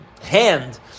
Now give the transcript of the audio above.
hand